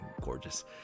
gorgeous